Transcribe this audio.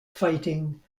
fighting